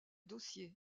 dossier